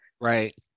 right